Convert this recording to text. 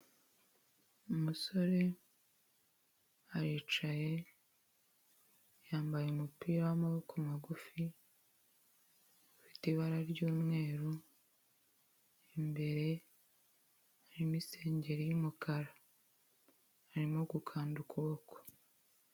Umusore aricaye, yambaye umupira wamaboko magufi, ufite ibara ry'mweru, imbere harimo isengeri y'umukara, arimo gukanda ukuboko.